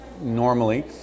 Normally